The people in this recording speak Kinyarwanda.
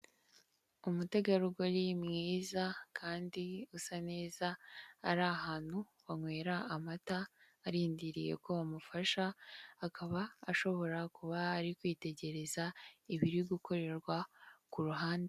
Umutegarugori mwiza kandi usa neza, ari ahantu banywera amata, arindiriye ko bamufasha, akaba ashobora kuba ari kwitegereza ibiri gukorerwa ku ruhande.